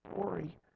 story